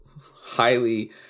highly